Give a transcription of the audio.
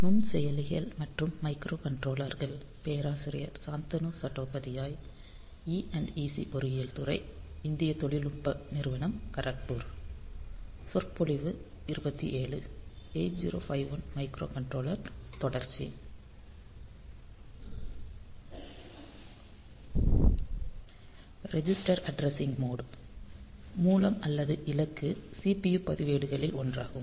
8051 microcontroller தொடர்ச்சி register addressing mode மூலம் அல்லது இலக்கு CPU பதிவேடுகளில் ஒன்றாகும்